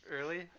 early